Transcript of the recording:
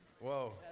whoa